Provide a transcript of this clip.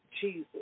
Jesus